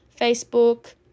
Facebook